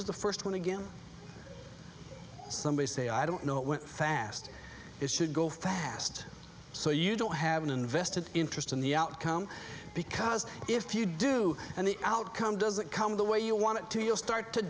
was the first one again somebody say i don't know what fast it should go fast so you don't have an invested interest in the outcome because if you do and the outcome doesn't come in the way you want it to you'll start to